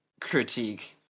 critique